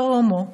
בתור הומו,